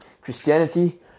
Christianity